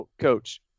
coach